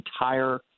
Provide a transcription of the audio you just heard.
entire